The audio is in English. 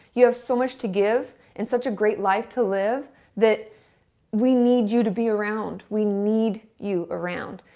you have so much to give and such a great life to live that we need you to be around. we need you around.